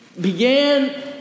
began